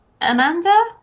Amanda